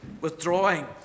withdrawing